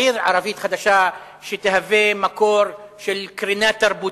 עיר ערבית חדשה שתהווה מקור של קרינה תרבותית,